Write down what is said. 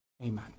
Amen